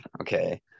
okay